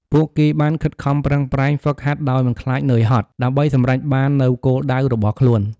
ពួកគេបានខិតខំប្រឹងប្រែងហ្វឹកហាត់ដោយមិនខ្លាចនឿយហត់ ដើម្បីសម្រេចបាននូវគោលដៅរបស់ខ្លួន។